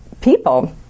people